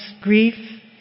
grief